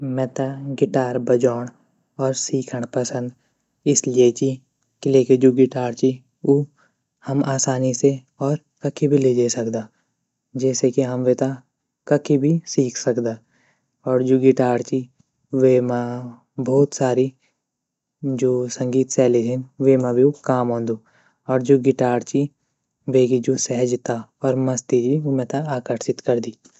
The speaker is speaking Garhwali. मेता गिटार बजोंण और सीखण पसंद इसलिए ची क़िले की जू गिटार ची उ हम आसानी से और कखी भी लिजे सकदा जेसे की हम वेता कखी भी सीख सकदा और जू गिटार ची वेमा भोत सारी जू संगीत शेली छीन वेमा भी उ काम औंदु और जू गिटार ची वेगी जू सहजता और मस्ती ची उ मेता आकर्षित करदी।